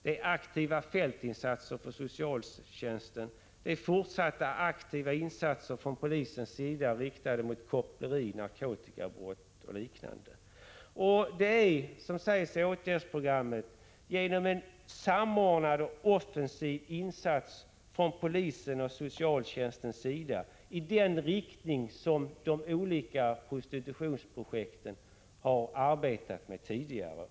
Det är aktiva fältinsatser från socialtjänsten. Det är fortsatta aktiva insatser från polisens sida riktade mot koppleri, narkotikabrott och liknande. Det är, som det sägs i åtgärdsprogrammet, ”genom samordnade och offensiva insatser från polisens och socialtjänstens sida” i den riktning som de olika prostitutionsprojekten har arbetat tidigare.